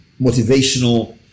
motivational